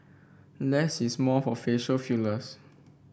less is more for facial fillers